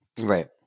Right